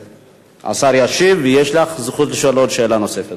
השר ישיב, ויש לך זכות לשאול שאלה נוספת.